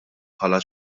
bħala